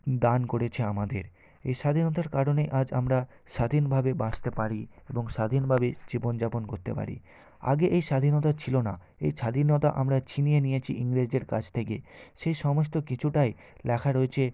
দান করেছে আমাদের এই স্বাধীনতার কারণে আজ আমরা স্বাধীনভাবে বাঁচতে পারি এবং স্বাধীনভাবেই জীবন যাপন করতে পারি আগে এই স্বাধীনতা ছিলো না এই স্বাধীনতা আমরা ছিনিয়ে নিয়েছি ইংরেজের কাছ থেকে সেই সমস্ত কিছুটাই লেখা রয়েছে